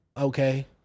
Okay